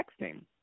texting